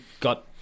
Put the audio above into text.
got